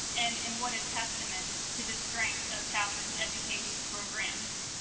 and and what a testament to the strength of towson's education programs.